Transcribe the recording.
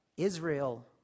Israel